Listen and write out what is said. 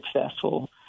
successful